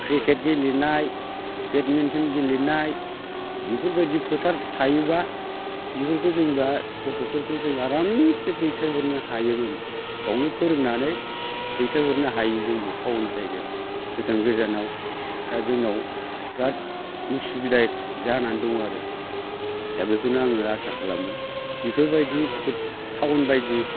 cricket गेलेनाय badminton गेलेनाय बेफोरबायदि फोथार थायोबा बेफोरखौ जों गथ'फोरखौ जों आरामसे दैथायहरनो हायोमोन बेयावनो फोरोंनानै दैथायहरनो हायो जोंबो थाउन जायगायाव गोजान गोजानाव दा जोंनाव बिराद उसुबिदा जानानै दं आरो दा बेखौनो आङो आसा खालामो बेफोरबायदि थावनबायदि